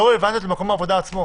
הם לא רלוונטיים למקום העבודה עצמו.